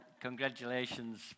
congratulations